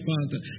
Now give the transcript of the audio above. Father